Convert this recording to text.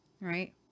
right